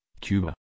Cuba